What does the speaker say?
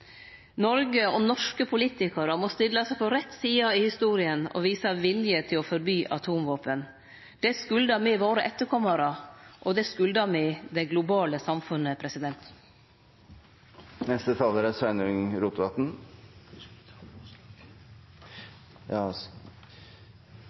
Noreg og norske politikarar må stille seg på rett side av historia og vise vilje til å forby atomvåpen. Det skyldar me våre etterkomarar, og det skyldar me det globale samfunnet.